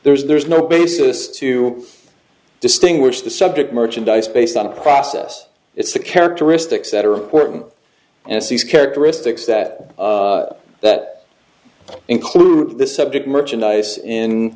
there is there's no basis to distinguish the subject merchandise based on a process it's the characteristics that are important and it's these characteristics that that include this subject merchandise in